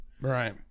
Right